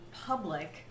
public